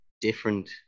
different